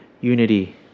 unity